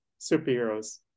superheroes